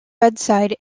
bedside